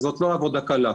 וזאת לא עבודה קלה.